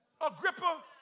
Agrippa